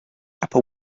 upper